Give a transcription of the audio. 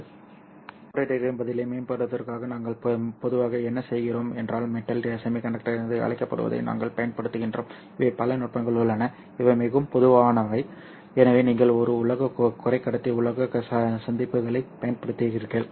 photo டிடெக்டரின் பதிலை மேம்படுத்துவதற்காக நாங்கள் பொதுவாக என்ன செய்கிறோம் என்றால் மெட்டல் செமிகண்டக்டர் என்று அழைக்கப்படுவதை நாங்கள் பயன்படுத்துகிறோம் இவை பல நுட்பங்கள் உள்ளன இவை மிகவும் பொதுவானவை எனவே நீங்கள் ஒரு உலோக குறைக்கடத்தி உலோக சந்திப்புகளைப் பயன்படுத்துகிறீர்கள்